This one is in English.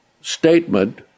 statement